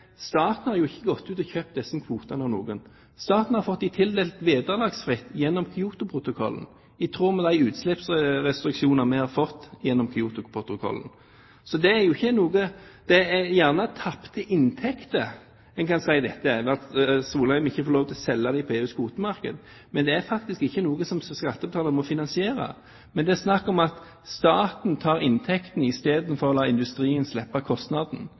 Staten har jo ikke gått ut og kjøpt disse kvotene av noen. Staten har fått dem tildelt vederlagsfritt gjennom Kyotoprotokollen, i tråd med de utslippsrestriksjoner vi har fått gjennom Kyotoprotokollen. Så en kan gjerne si at dette er tapte inntekter – at Solheim ikke får lov å selge dem på EUs kvotemarked. Det er faktisk ikke noe som skattebetalerne må finansiere, men det er snakk om at staten tar inntektene istedenfor å la industrien slippe kostnaden.